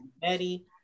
Betty